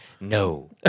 no